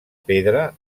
pedra